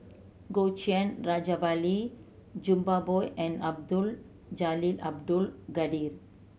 Goh Yihan Rajabali Jumabhoy and Abdul Jalil Abdul Kadir